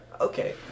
Okay